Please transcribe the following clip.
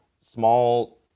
small